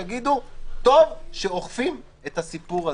יגידו: טוב שאוכפים את הסיפור הזה.